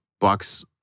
bucks